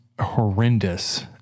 horrendous